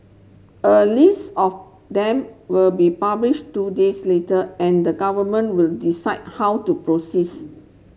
a list of them will be published two days later and the government will decide how to proceeds